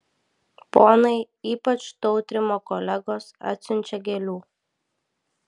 ponai ypač tautrimo kolegos atsiunčią gėlių